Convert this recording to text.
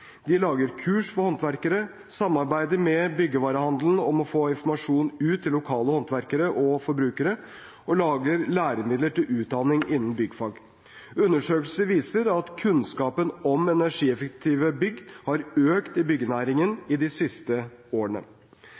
De lager kurs for håndverkere, samarbeider med byggevarehandelen om å få informasjon ut til lokale håndverkere og forbrukere og lager læremidler til utdanning innen byggfag. Undersøkelser viser at kunnskapen om energieffektive bygg har økt i byggenæringen i de siste årene.